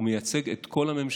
הוא מייצג את כל הממשלה.